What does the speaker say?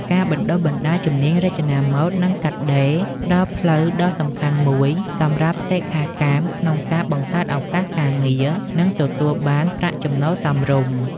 ការបណ្តុះបណ្តាលជំនាញរចនាម៉ូដ និងកាត់ដេរផ្តល់ផ្លូវដ៏សំខាន់មួយសម្រាប់សិក្ខាកាមក្នុងការ បង្កើតឱកាសការងារ និងទទួលបានប្រាក់ចំណូលសមរម្យ។